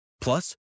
Plus